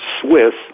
swiss